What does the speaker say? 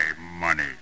money